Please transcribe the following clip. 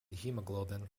hemoglobin